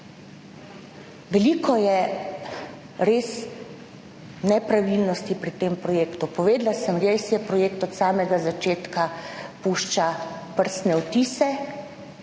Veliko je res nepravilnosti pri tem projektu. Povedala sem, res je projekt od samega začetka pušča prstne odtise